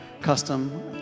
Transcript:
custom